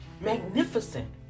magnificent